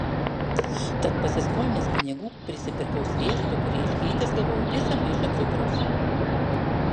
tad pasiskolinęs pinigų prisipirkau sviesto kurį iškeitęs gavau visą maišą cukraus